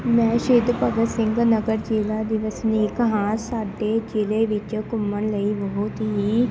ਮੈਂ ਸ਼ਹੀਦ ਭਗਤ ਸਿੰਘ ਨਗਰ ਜ਼ਿਲ੍ਹਾ ਦੀ ਵਸਨੀਕ ਹਾਂ ਸਾਡੇ ਜ਼ਿਲ੍ਹੇ ਵਿੱਚ ਘੁੰਮਣ ਲਈ ਬਹੁਤ ਹੀ